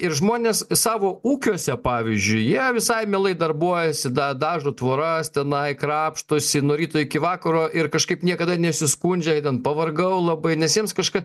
ir žmonės savo ūkiuose pavyzdžiui jie visai mielai darbuojasi da dažo tvoras tenai krapštosi nuo ryto iki vakaro ir kažkaip niekada nesiskundžia jie ten pavargau labai nes jiems kažka